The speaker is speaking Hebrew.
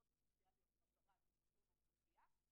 את העובדות הסוציאליות בחזרה שיטפלו באוכלוסייה,